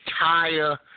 entire